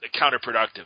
counterproductive